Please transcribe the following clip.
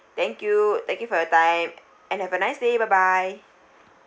thank you thank you for your time and have a nice day bye bye